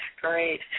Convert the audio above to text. great